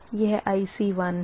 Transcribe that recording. यह IC1 है और यह IC2 है